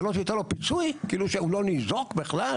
אתה לא תיתן לו פיצוי, כאילו שהוא לא ניזוק בכלל?